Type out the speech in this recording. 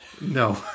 No